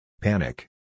Panic